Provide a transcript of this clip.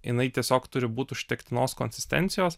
jinai tiesiog turi būt užtektinos konsistencijos